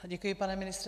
Děkuji, pane ministře.